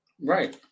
Right